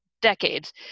decades